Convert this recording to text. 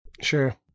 Sure